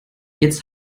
jetzt